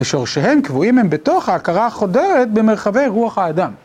ושורשיהם קבועים הם בתוך ההכרה החודרת במרחבי רוח האדם.